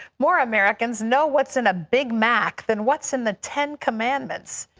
more americans know what's in a big mac than what's in the ten commandments.